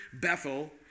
Bethel